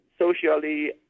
Socially